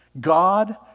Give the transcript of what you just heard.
God